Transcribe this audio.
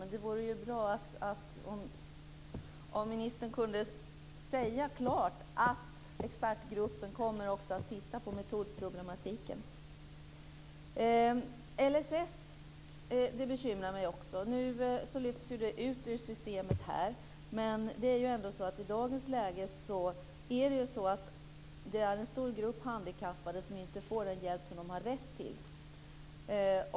Men det vore ju bra om ministern klart kunde säga att expertgruppen även kommer att titta på metodproblematiken. LSS bekymrar mig också. Nu lyfts det ut ur systemet. Men i dagens läge är det en stor grupp handikappade som inte får den hjälp de har rätt till.